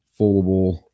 foldable